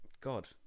God